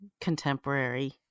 contemporary